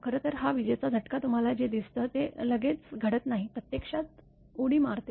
खरं तर हा विजेचा झटका तुम्हाला जे दिसतं ते लगेच घडत नाही प्रत्यक्षात उडी मारते